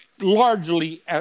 largely